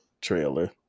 trailer